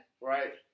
Right